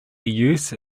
use